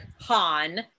Han